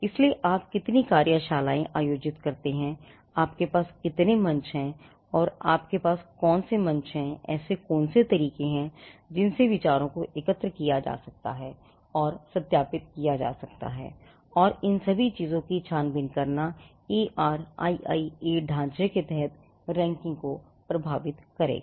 इसलिए आप कितनी कार्यशालाएँ आयोजित करते हैं आपके पास कितने मंच हैं आपके पास कौन से मंच हैं ऐसे कौन से तरीके हैं जिनसे विचारों को एकत्र किया जा सकता है और सत्यापित किया जा सकता है और इन सभी चीज़ों की छानबीन करना ARIIA ढांचे के तहत रैंकिंग को प्रभावित करेगा